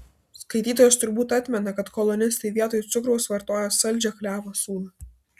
skaitytojas turbūt atmena kad kolonistai vietoj cukraus vartojo saldžią klevo sulą